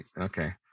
Okay